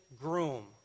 groom